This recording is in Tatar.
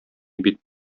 бит